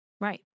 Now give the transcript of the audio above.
Right